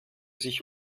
sich